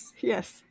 Yes